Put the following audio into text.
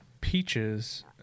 peaches